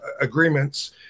agreements